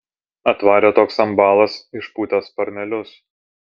atvarė toks ambalas išpūtęs sparnelius